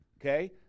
Okay